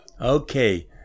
Okay